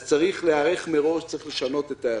אז צריך להיערך מראש, צריך לשנות את ההיערכות.